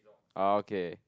okay